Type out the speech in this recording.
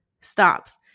stops